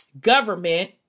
government